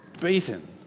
beaten